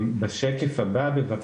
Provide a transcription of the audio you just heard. בשקף הבא יש